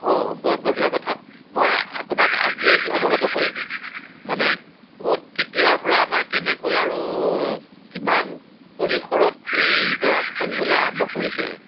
অঁ বৰ বঢ়িয়া কথা মই আপোনাক আজিয়েই এইটো অৱগত কৰিম মানে ক'ত কেতিয়াৰপৰা আমাৰ কেনেকৈ আৰু কিমান পৰিসৰত এই গৰা খহিবলৈ আৰম্ভ কৰিছে